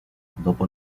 dopo